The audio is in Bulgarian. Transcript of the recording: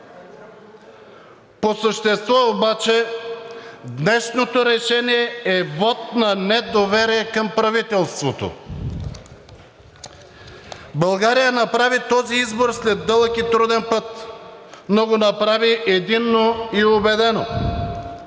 По същество обаче днешното решение е вот на недоверие към правителството. България направи този избор след дълъг и труден път, но го направи единно и убедено,